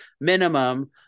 minimum